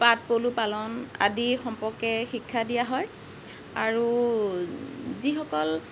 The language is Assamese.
পাট পলু পালন আদি সম্পৰ্কে শিক্ষা দিয়া হয় আৰু যিসকল